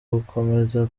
gukomeza